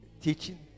teaching